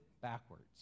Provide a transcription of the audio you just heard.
backwards